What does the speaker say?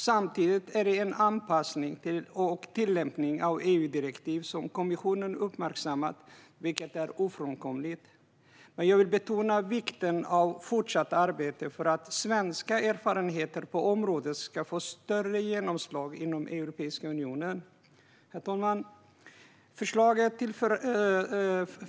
Samtidigt är en anpassning till EU-direktivet och en tillämpning av det ofrånkomlig då kommissionen uppmärksammat detta. Men jag vill betona vikten av fortsatt arbete för att svenska erfarenheter på området ska få större genomslag inom Europeiska unionen. Herr talman!